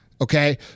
Okay